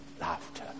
Laughter